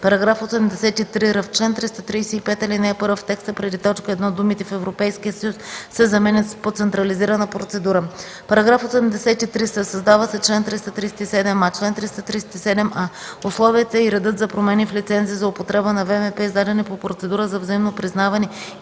§ 83р. В чл. 335, ал. 1, в текста преди т. 1 думите „в Европейския съюз” се заменят с „по централизирана процедура”. § 83с. Създава се член 337а: „Чл. 337а. Условията и редът за промени в лицензи за употреба на ВМП, издадени по процедура за взаимно признаване